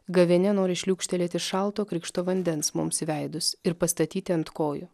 gavėnia nori šliūkštelėti šalto krikšto vandens mums į veidus ir pastatyti ant kojų